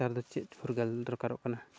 ᱱᱮᱛᱟᱨ ᱫᱚ ᱪᱮᱫ ᱯᱷᱩᱨᱜᱟᱹᱞ ᱫᱚᱨᱠᱟᱨᱚ ᱠᱟᱱᱟ